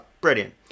brilliant